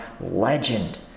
legend